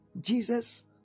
Jesus